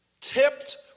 tipped